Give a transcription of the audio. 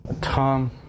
tom